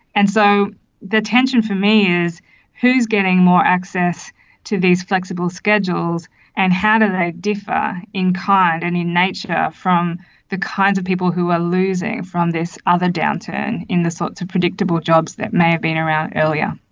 and so the tension for me is who is getting more access to these flexible schedules and how do they differ in kind and in nature from the kinds of people who are losing from this other downturn in the sorts of predictable jobs that may have been around earlier.